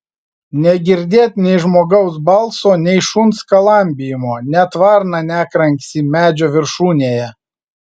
negirdėt nei žmogaus balso nei šuns skalambijimo net varna nekranksi medžio viršūnėje